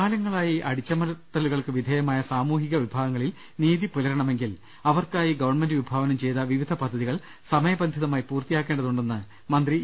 കാലങ്ങളായി അടിച്ചമർത്തലുകൾക്ക് വിധേയമായ സാമൂഹിക വിഭാ ഗങ്ങളിൽ നീതിപുലരണമെങ്കിൽ അവർക്കായി ഗവൺമെന്റ് വിഭാവനം ചെയ്ത വിവിധ പദ്ധതികൾ സമയബന്ധിതമായി പൂർത്തിയാക്കേണ്ടതുണ്ടെന്ന് മന്ത്രി ഇ